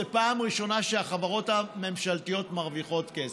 זו פעם ראשונה שהחברות הממשלתיות מרוויחות כסף.